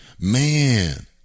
Man